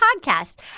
podcast